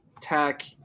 Tech –